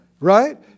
Right